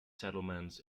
settlements